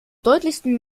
deutlichsten